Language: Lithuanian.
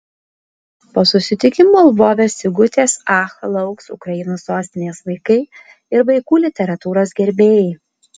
po susitikimo lvove sigutės ach lauks ukrainos sostinės vaikai ir vaikų literatūros gerbėjai